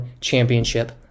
championship